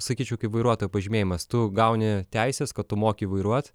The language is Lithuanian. sakyčiau kaip vairuotojo pažymėjimas tu gauni teises kad tu moki vairuot